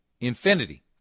infinity